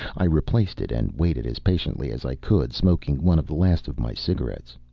i replaced it and waited as patiently as i could, smoking one of the last of my cigarettes.